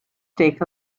take